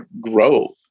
grow